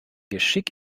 geschick